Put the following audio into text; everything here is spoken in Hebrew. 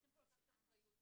צריכים פה לקחת אחריות.